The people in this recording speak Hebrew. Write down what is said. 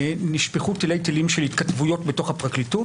נשפכו תילי תילים של התכתבויות בתוך הפרקליטות.